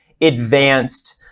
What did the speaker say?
advanced